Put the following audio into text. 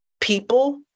people